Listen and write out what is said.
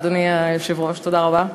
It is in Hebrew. אדוני היושב-ראש, תודה רבה,